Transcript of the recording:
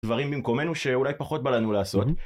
דברים במקומנו שאולי פחות בא לנו לעשות.